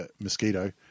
Mosquito